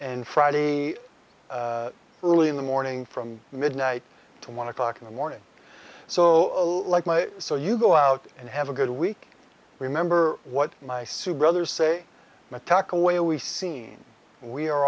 and friday early in the morning from midnight to one o'clock in the morning so like my so you go out and have a good week remember what my soup brothers say my tuck away we seen we